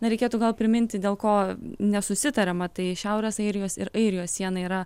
na reikėtų gal priminti dėl ko nesusitariama tai šiaurės airijos ir airijos siena yra